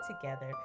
together